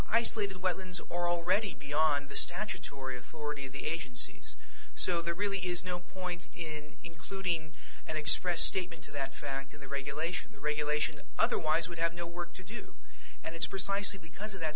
isolated whelan's or already beyond the statutory authority of the agencies so there really is no point in including an express statement to that fact in the regulation the regulation otherwise would have no work to do and it's precisely because of that